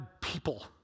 people